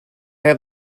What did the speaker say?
have